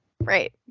right